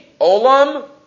Olam